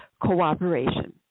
cooperation